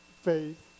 faith